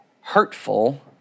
hurtful